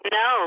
no